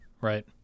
right